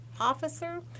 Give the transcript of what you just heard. officer